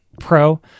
pro